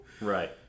right